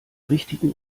richtigen